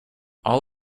all